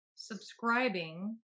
subscribing